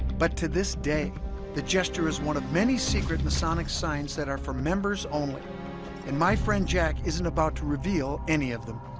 but to this day the gesture is one of many secret masonic signs that are for members only and my friend jack isn't about to reveal any of them